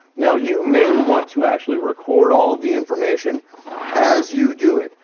now you may want to actually record all of the information as you do it.